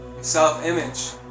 self-image